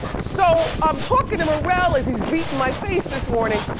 so i'm talking to maurelle as he's beating my face this morning.